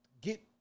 get